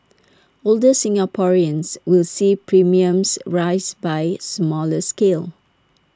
older Singaporeans will see premiums rise by smaller scale